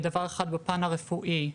דבר אחד בפן הרפואי,